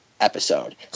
episode